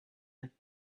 like